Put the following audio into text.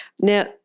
Now